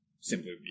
simply